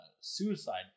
suicide